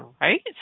right